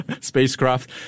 spacecraft